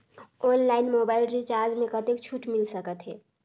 Online mobile recharge मे कतेक छूट मिल सकत हे?